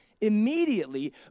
immediately